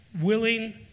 Willing